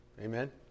Amen